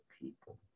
people